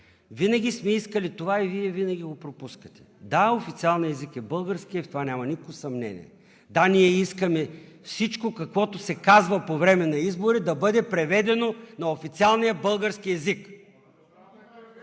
Винаги сме искали това и Вие винаги го пропускате. Да, официалният език е българският, в това няма никакво съмнение. Да, ние искаме всичко каквото се казва по време на избори, да бъде преведено на официалния български език.